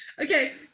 Okay